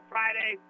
Friday